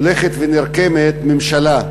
הולכת ונרקמת ממשלה,